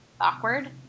awkward